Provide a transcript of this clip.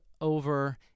over